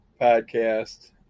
podcast